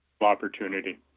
opportunity